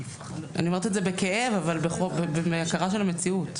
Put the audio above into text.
אני אומרת את זה בכאב אבל מהכרה של המציאות.